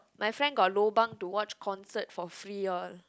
my friend got lobang to watch concert for free all